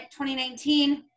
2019